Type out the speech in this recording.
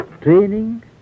training